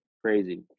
Crazy